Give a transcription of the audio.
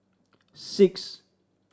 six